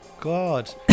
God